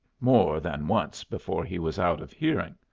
more than once before he was out of hearing.